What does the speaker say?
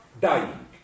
dying